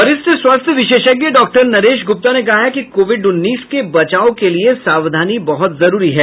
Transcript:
वरिष्ठ स्वास्थ्य विशेषज्ञ डॉक्टर नरेश गुप्ता ने कहा है कि कोविड उन्नीस के बचाव के लिये सावधानी बहुत जरूरी है